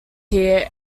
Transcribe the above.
here